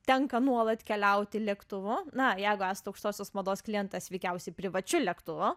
tenka nuolat keliauti lėktuvu na jeigu esat aukštosios mados klientas veikiausiai privačiu lėktuvu